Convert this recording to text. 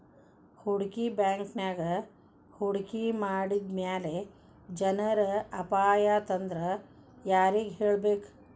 ಹೂಡ್ಕಿ ಬ್ಯಾಂಕಿನ್ಯಾಗ್ ಹೂಡ್ಕಿ ಮಾಡಿದ್ಮ್ಯಾಲೆ ಏನರ ಅಪಾಯಾತಂದ್ರ ಯಾರಿಗ್ ಹೇಳ್ಬೇಕ್?